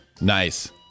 Nice